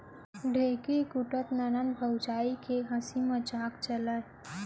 ढेंकी कूटत ननंद भउजी के हांसी मजाक चलय